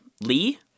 Lee